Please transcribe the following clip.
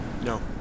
no